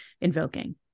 invoking